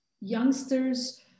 youngsters